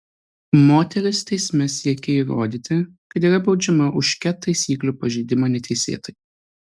moteris teisme siekia įrodyti kad yra baudžiama už ket taisyklių pažeidimą neteisėtai